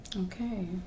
Okay